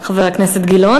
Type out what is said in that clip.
חבר הכנסת גילאון.